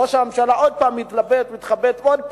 ראש הממשלה עוד פעם התלבט, התחבט עוד פעם.